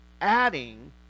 adding